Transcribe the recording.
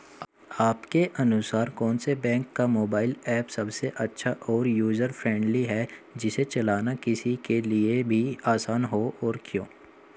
आपके अनुसार कौन से बैंक का मोबाइल ऐप सबसे अच्छा और यूजर फ्रेंडली है जिसे चलाना किसी के लिए भी आसान हो और क्यों?